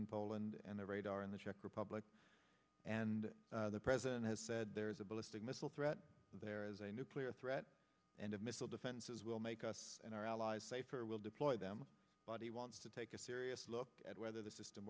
in poland and the radar in the czech republic and the president has said there is a ballistic missile threat there is a nuclear threat and a missile defense is will make us and our allies safer we'll deploy them but he wants to take a serious look at whether the system